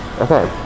okay